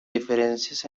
diferencias